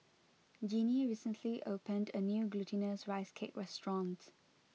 Jinnie recently opened a new Glutinous Rice Cake restaurant